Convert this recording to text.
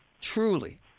truly